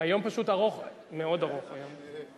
היום פשוט מאוד ארוך היום.